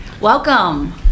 Welcome